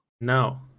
No